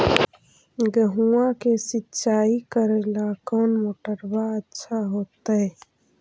गेहुआ के सिंचाई करेला कौन मोटरबा अच्छा होतई?